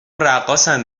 رقاصن